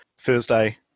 Thursday